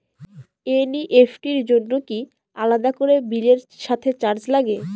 NEFT র জন্য কি আলাদা করে বিলের সাথে চার্জ লাগে?